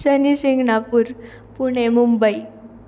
Shanishingnapur Pune Mumbai